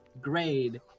grade